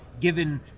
given